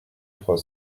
trois